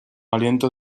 aliento